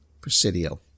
Presidio